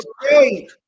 great